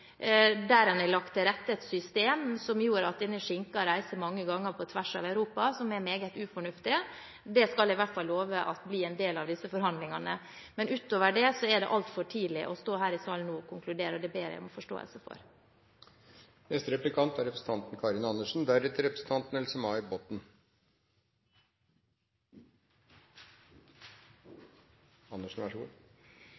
der man har lagt til rette for et system som gjør at denne skinken reiser mange ganger på tvers av Europa – noe som er meget ufornuftig. Det skal jeg i hvert fall love at blir en del av disse forhandlingene. Men utover det er det altfor tidlig å stå her i salen nå og konkludere. Det ber jeg om forståelse for. Vi har i hvert fall nå en statsråd som er